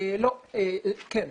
כן.